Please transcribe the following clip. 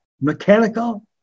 mechanical